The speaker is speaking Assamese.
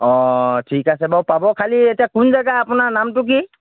অঁ ঠিক আছে বাৰু পাব খালি এতিয়া কোন জেগা আপোনাৰ নামটো কি